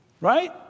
Right